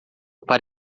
para